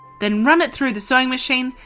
then run it through the sewing machine,